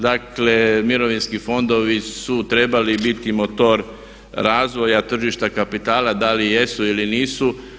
Dakle, mirovinski fondovi su trebali biti motor razvoja tržišta kapitala da li jesu ili nisu.